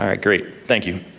um great, thank you.